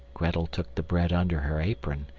grettel took the bread under her apron,